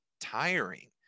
tiring